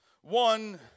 One